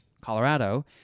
Colorado